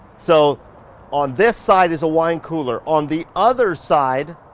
so on this side is a wine cooler, on the other side